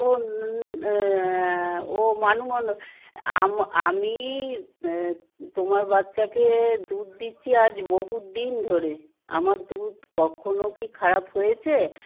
ও ও আমি তোমার বাচ্চাকে দুধ দিচ্ছি আজ বহুত দিন ধরে আমার দুধ কখনও কি খারাপ হয়েছে